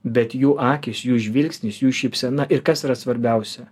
bet jų akys jų žvilgsnis jų šypsena ir kas yra svarbiausia